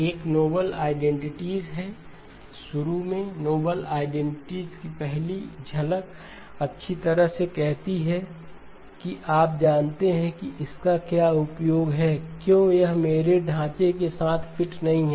एक novel identities है शुरू में नोबेल आईडेंटिटी की पहली झलक अच्छी तरह से कहती है कि आप जानते हैं कि इसका क्या उपयोग है क्योंकि यह मेरे ढांचे के साथ फिट नहीं है